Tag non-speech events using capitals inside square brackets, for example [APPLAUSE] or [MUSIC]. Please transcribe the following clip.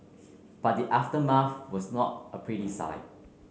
but the [UNINTELLIGIBLE] was not a pretty sight